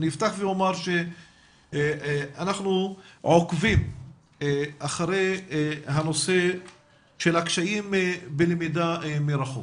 אני אפתח ואומר שאנחנו עוקבים אחרי הנושא של הקשיים בלמידה מרחוק.